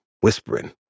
whispering